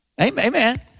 Amen